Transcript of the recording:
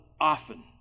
often